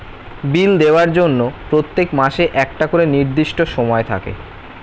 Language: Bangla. বিল দেওয়ার জন্য প্রত্যেক মাসে একটা করে নির্দিষ্ট সময় থাকে